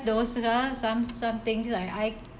those the some something like I